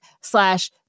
slash